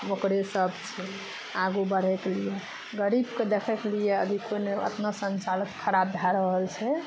ओकरे सब छै आगू बढ़ैके लिए गरीबके देखयके लिए अभी कोइ नहि उतना संचालक खराब भए रहल छै